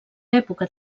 època